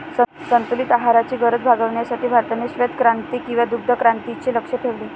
संतुलित आहाराची गरज भागविण्यासाठी भारताने श्वेतक्रांती किंवा दुग्धक्रांतीचे लक्ष्य ठेवले